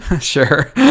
Sure